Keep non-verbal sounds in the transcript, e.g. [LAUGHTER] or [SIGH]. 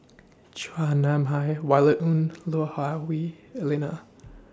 [NOISE] Chua Nam Hai Violet Ng Lui Hah Wah Elena